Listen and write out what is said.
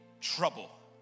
trouble